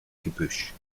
gebüsch